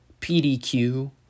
PDQ